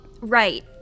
right